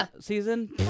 season